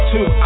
Two